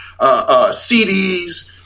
CDs